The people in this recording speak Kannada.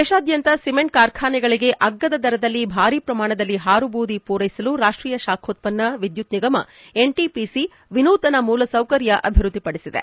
ದೇಶಾದ್ಯಂತ ಸಿಮೆಂಟ್ ಕಾರ್ಖಾನೆಗಳಿಗೆ ಅಗ್ಗದ ದರದಲ್ಲಿ ಭಾರೀ ಪ್ರಮಾಣದಲ್ಲಿ ಹಾರು ಬೂದಿ ಪೊರೈಸಲು ರಾಷ್ಟೀಯ ಶಾಖೋತ್ವನ್ನ ವಿದ್ಯುತ್ ನಿಗಮ ಎನ್ಟಿಪಿಸಿ ವಿನೂತನ ಮೂಲಸೌಕರ್ಯ ಅಭಿವೃದ್ದಿಪಡಿಸಿದೆ